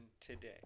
today